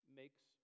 makes